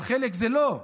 אבל חלק זה לא,